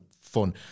fun